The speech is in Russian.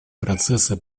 процесса